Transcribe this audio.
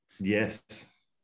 Yes